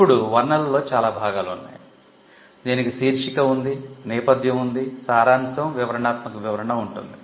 ఇప్పుడు వర్ణనలో చాలా భాగాలు ఉన్నాయి దీనికి శీర్షిక ఉంది దీనికి నేపథ్యం సారాంశం వివరణాత్మక వివరణ ఉంటుంది